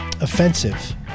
offensive